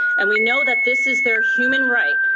and we know that this is their human right,